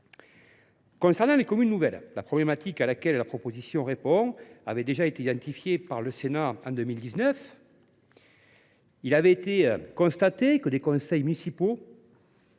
Concernant les communes nouvelles, la problématique à laquelle la proposition de loi répond avait déjà été identifiée par le Sénat en 2019. Il avait été constaté que l’incomplétude des conseils municipaux